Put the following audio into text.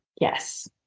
Yes